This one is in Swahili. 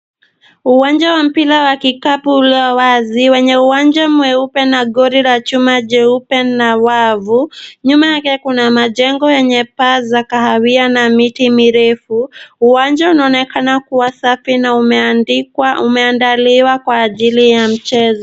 Uwanja wa mpira wa kikapu ulio wazi wenye uwanja mweupe na goli la chuma jeupe na wavu. Nyuma yake kuna majengo yenye paa za kahawia na miti mirefu. Uwanja unaonekana kuwa safi na umeandaliwa kwa ajili ya mchezo.